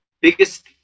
biggest